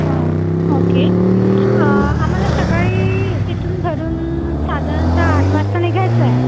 हां ओके आम्हाला सकाळी इथून घरून साधारणतः आठ वाजता निघायचं आहे